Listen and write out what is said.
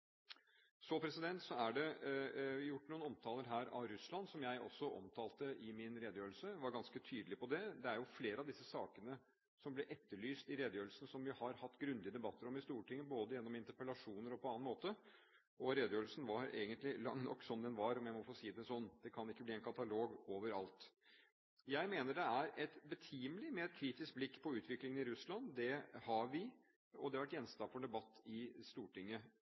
så måte. Så er Russland omtalt her, slik jeg også gjorde i min redegjørelse – jeg var ganske tydelig på det. Det er jo flere av disse sakene som ble etterlyst i redegjørelsen, som vi har hatt grundige debatter om i Stortinget, både gjennom interpellasjoner og på annen måte. Redegjørelsen var egentlig lang nok som den var, om jeg må få si det sånn. Det kan ikke bli en katalog over alt. Jeg mener det er betimelig med et kritisk blikk på utviklingen i Russland. Det har vi, og det har vært gjenstand for debatt i Stortinget.